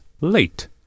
late